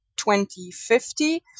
2050